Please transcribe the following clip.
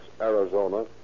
Arizona